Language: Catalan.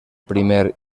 primer